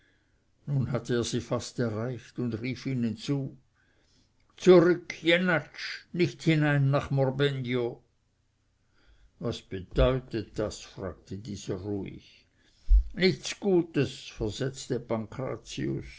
nun hatte er sie fast erreicht und rief ihnen zu zurück jenatsch nicht hinein nach morbegno was bedeutet das fragte dieser ruhig nichts gutes versetzte